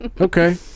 Okay